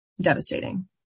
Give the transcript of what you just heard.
devastating